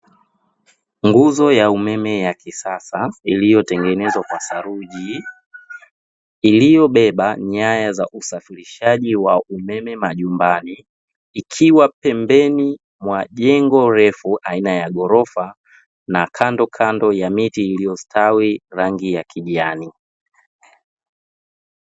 Nguzo ya umeme ya kisasa, iliyotengenezwa kwa saruji, iliyobeba nyaya za usafirishaji wa umeme majumbani, ikiwa pembeni mwa jengo refu aina ya ghorofa, na kandokando ya miti iliyostawi rangi ya kijani.